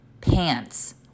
pants